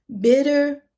bitter